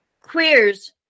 Queers